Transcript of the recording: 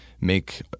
make